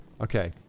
Okay